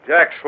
Jack